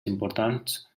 importants